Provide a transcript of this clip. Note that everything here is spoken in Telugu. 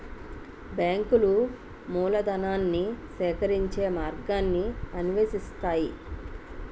బ్యాంకులు మూలధనాన్ని సేకరించే మార్గాన్ని అన్వేషిస్తాయి